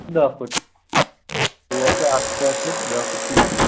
دَہ پھٕٹہٕ تور چھُ اکھ پھٕٹہٕ دَہ پھٕٹہٕ چھُ یِتہِ